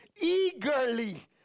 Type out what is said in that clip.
eagerly